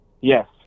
Yes